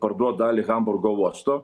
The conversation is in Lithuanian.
parduot dalį hamburgo uosto